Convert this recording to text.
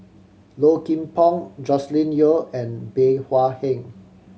Low Kim Pong Joscelin Yeo and Bey Hua Heng